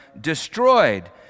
destroyed